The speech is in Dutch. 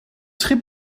schip